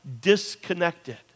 disconnected